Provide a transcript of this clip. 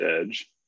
edge